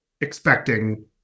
expecting